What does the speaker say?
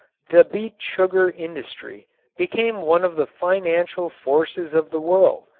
the beet sugar industry became one of the financial forces of the world.